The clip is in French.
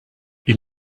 une